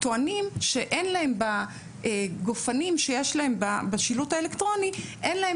טוענים שבגופנים שיש להם בשילוט האלקטרוני אין להם